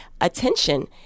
attention